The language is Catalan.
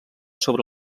sobre